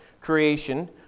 creation